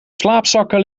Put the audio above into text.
slaapzakken